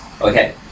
Okay